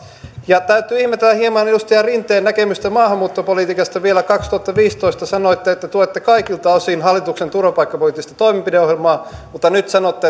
täytyy ihmetellä hieman edustaja rinteen näkemystä maahanmuuttopolitiikasta vielä kaksituhattaviisitoista sanoitte että tuette kaikilta osin hallituksen turvapaikkapoliittista toimenpideohjelmaa mutta nyt sanotte